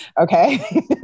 Okay